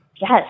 Yes